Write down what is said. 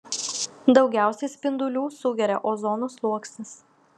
daugiausiai spindulių sugeria ozono sluoksnis